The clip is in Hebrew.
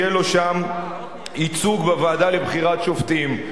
יהיה לו שם ייצוג בוועדה לבחירת שופטים,